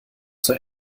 zur